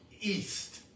east